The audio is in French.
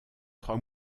trois